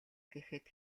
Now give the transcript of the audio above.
гэхэд